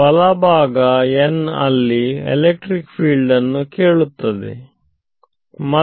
ಬಲಭಾಗ n ಅಲ್ಲಿ electric field ಅನ್ನು ಕೇಳುತ್ತದೆ ಮತ್ತು